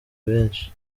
benshi